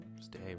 Stay